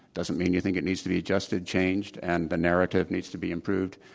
doesn't mean you think it needs to be adjusted, changed, and the narrative needs to be improved,